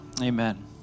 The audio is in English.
Amen